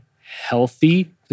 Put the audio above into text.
healthy